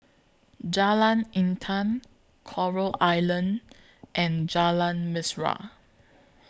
Jalan Intan Coral Island and Jalan Mesra